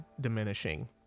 diminishing